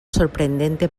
sorprendente